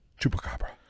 chupacabra